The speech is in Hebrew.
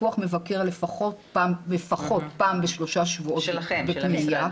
פיקוח מבקר לפחות פעם בשלושה שבועות בפנימייה.